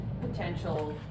potential